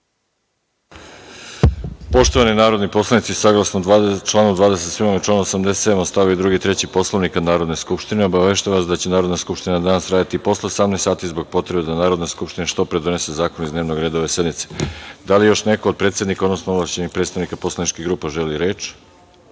Poštovani narodni poslanici, saglasno članu 27. i članu 87. st. 2. i 3. Poslovnika Narodne skupštine, obaveštavam vas da će Narodna skupština danas raditi i posle 18.00 sati zbog potrebe da Narodna skupština što pre donese zakone iz dnevnog reda ove sednice. Da li još neko od predsednika, odnosno ovlašćenih predstavnika poslaničkih grupa želi reč?